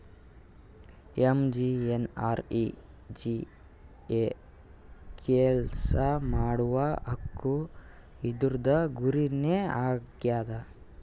MGNREGA ಕೆಲ್ಸಾ ಮಾಡುವ ಹಕ್ಕು ಇದೂರ್ದು ಗುರಿ ನೇ ಆಗ್ಯದ